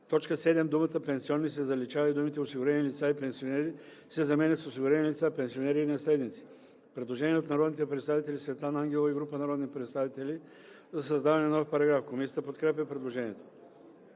В т. 7 думата „пенсионни“ се заличава и думите „осигурени лица и пенсионери“ се заменят с „осигурени лица, пенсионери и наследници“.“ Предложение от Светлана Ангелова и група народни представители за създаване на нов параграф. Комисията подкрепя предложението.